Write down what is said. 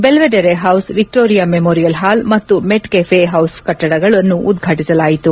Belvedere House Victoria Memorial Hall ಮತ್ತು Metcalfe House ಕಟ್ಟಡಗಳನ್ನು ಉದ್ವಾಟಿಸಲಾಯಿತು